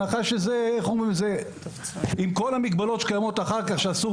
עם כל המגבלות שקיימות אחר כך שאסור